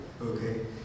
Okay